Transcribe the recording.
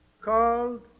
called